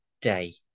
Day